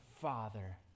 father